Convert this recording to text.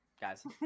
guys